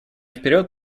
вперед